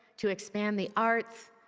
to expand the arts,